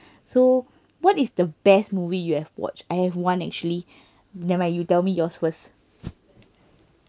so what is the best movie you have watched I have one actually never mind you tell me yours first